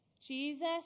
Jesus